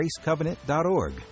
gracecovenant.org